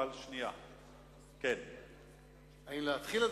האם להתחיל,